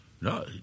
No